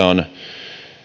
on